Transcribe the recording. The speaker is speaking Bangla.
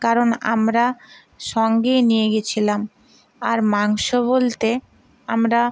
কারণ আমরা সঙ্গেই নিয়ে গেছিলাম আর মাংস বলতে আমরা